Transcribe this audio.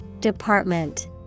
Department